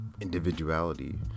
individuality